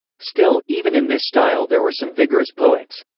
still, even in this style there were some vigorous poets.